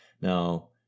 Now